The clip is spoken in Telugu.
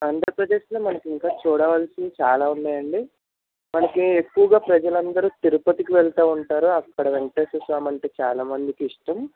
ఆంధ్రప్రదేశ్లో మనకి ఇంకా చూడవలసినవి చాలా ఉన్నాయి అండి మనకి ఎక్కువగా ప్రజలందరు తిరుపతికి వెళ్తూ ఉంటారు అక్కడ వేంకటేశ్వరస్వామి అంటే చాలా మందికి ఇష్టం